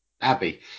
abby